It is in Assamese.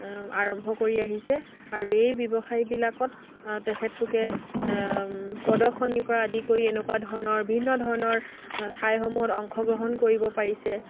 আৰম্ভ কৰি আহিছে আৰু এই ব্যৱসায়বিলাকত তেখেতলোকে প্ৰদৰ্শনীৰ পৰা আদি কৰি এনেকুৱা ধৰণৰ ভিন্ন ধৰণৰ ঠাইসমূহত অংশগ্ৰহণ কৰিব পাৰিছে